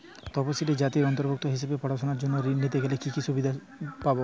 তফসিলি জাতির অন্তর্ভুক্ত হিসাবে পড়াশুনার জন্য ঋণ নিতে গেলে কী কী সুযোগ সুবিধে পাব?